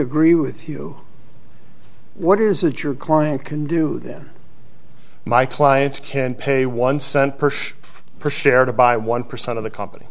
agree with you what is it your client can do that my clients can pay one cent per pushchair to buy one percent of the company